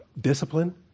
discipline